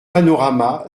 panorama